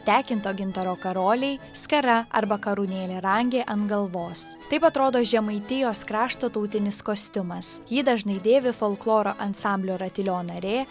tekinto gintaro karoliai skara arba karūnėlė rangė ant galvos taip atrodo žemaitijos krašto tautinis kostiumas jį dažnai dėvi folkloro ansamblio ratilio narė